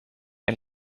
een